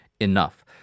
enough